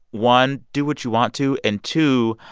one, do what you want to, and two,